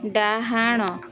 ଡାହାଣ